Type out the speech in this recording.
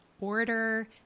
order